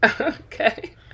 Okay